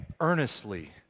earnestly